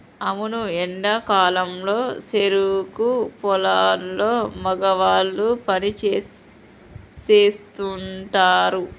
అవును ఎండా కాలంలో సెరుకు పొలాల్లో మగవాళ్ళు పని సేస్తుంటారు